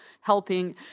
helping